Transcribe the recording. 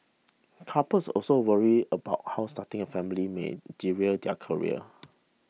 couples also worry about how starting a family may derail their careers